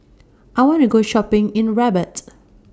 I want to Go Shopping in Rabat